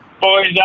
Boys